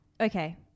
Okay